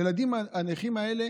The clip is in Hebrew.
לילדים הנכים האלה,